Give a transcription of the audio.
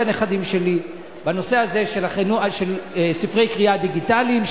הנכדים שלי בנושא הזה של ספרי קריאה דיגיטליים,